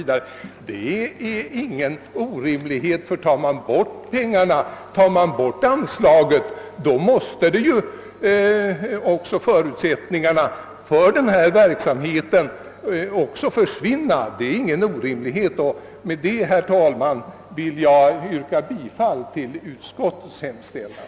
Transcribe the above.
Detta är inte ett orimligt påstående, ty lämnas inte anslag måste också förutsättningarna för denna del av verksamheten försvinna. Med det sagda, herr talman, vill jag yrka bifall till utskottets hemställan.